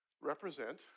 represent